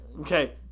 okay